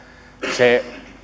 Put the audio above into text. se